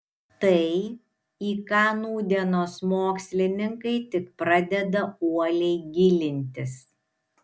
tai į ką nūdienos mokslininkai tik pradeda uoliai gilintis